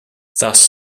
thus